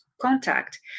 contact